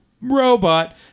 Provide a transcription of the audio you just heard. robot